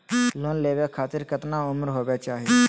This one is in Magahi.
लोन लेवे खातिर केतना उम्र होवे चाही?